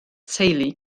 teulu